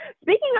speaking